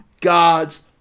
God's